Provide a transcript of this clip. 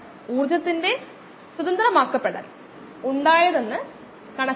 വ്യത്യസ്ത തരം ബയോ റിയാക്ടറുകൾ സാധാരണയായി ഉപയോഗിക്കുന്നു